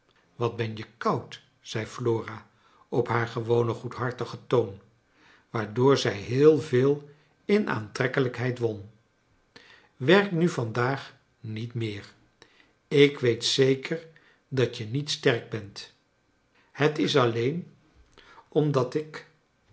wat ben je koud zei flora op haar gewonen goedhartigen toon waardoor zij heel veel in aantrekkelij kheid won werk nu vandaag niet meer ik weet zeker dat je niet sterk bent het is alleen omdat ik